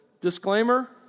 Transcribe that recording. disclaimer